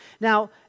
Now